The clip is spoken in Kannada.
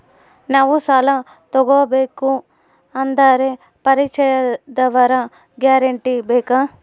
ನಾವು ಸಾಲ ತೋಗಬೇಕು ಅಂದರೆ ಪರಿಚಯದವರ ಗ್ಯಾರಂಟಿ ಬೇಕಾ?